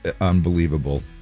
unbelievable